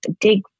dig